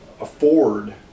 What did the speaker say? afford